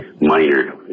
minor